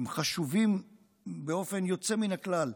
הם חשובים באופן יוצא מן הכלל,